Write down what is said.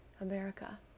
America